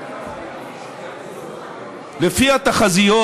לפי התחזיות,